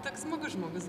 toks smagus žmogus